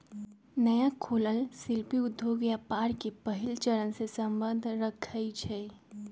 नया खोलल शिल्पि उद्योग व्यापार के पहिल चरणसे सम्बंध रखइ छै